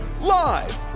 live